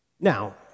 Now